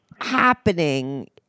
happening